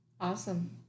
Awesome